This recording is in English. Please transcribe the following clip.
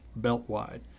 beltwide